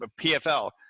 PFL